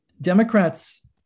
Democrats